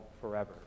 forever